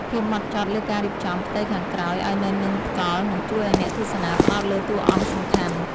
ភាពម៉ត់ចត់លើការរៀបចំផ្ទៃខាងក្រោយឱ្យនៅនឹងថ្កល់នឹងជួយឱ្យអ្នកទស្សនាផ្ដោតលើតួអង្គសំខាន់។